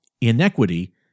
inequity